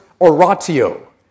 oratio